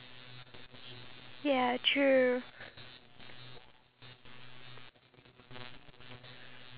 ya true um my sociology teacher actually mentioned that